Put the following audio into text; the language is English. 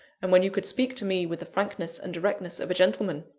and when you could speak to me with the frankness and directness of a gentleman.